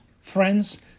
Friends